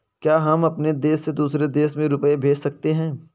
क्या हम अपने देश से दूसरे देश में रुपये भेज सकते हैं?